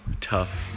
tough